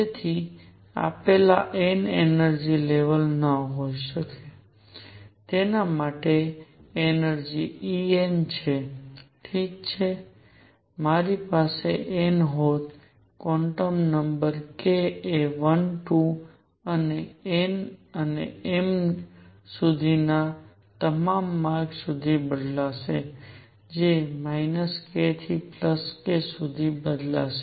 તેથી આપેલા n energy level ન માટે એનર્જિ E n છે ઠીક છે મારી પાસે n હોત ક્વોન્ટમ નંબર k એ ૧ ૨ અને n અને m સુધીના તમામ માર્ગ સુધી બદલાશે જે k થી k સુધી બદલાશે